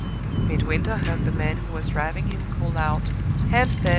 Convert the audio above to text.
midwinter heard the man who was driving him call out hampstead!